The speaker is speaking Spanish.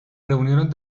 reunieron